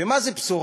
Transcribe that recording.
ומה זה בשורה?